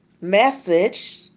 message